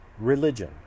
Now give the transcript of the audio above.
religion